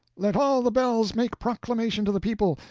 let all the bells make proclamation to the people,